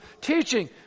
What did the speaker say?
teaching